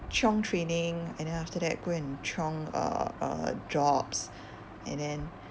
chiong training and then after that go and chiong uh uh jobs and then